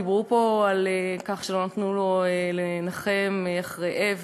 דיברו פה על כך שלא נתנו לו לנחם אחרי אבל,